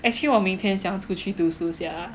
actually 我明天想出去读书 sia